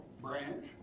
Branch